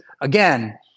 again